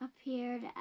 appeared